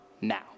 now